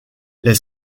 les